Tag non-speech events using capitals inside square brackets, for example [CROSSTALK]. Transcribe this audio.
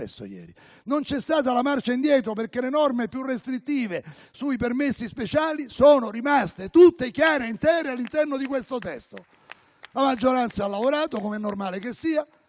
non c'è stata marcia indietro, perché le norme più restrittive sui permessi speciali sono rimaste tutte, chiare e intere, all'interno di questo testo. [APPLAUSE] La maggioranza ha lavorato, com'è normale che sia,